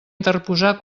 interposar